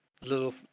little